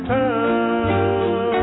town